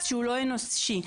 אנושי.